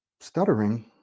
Stuttering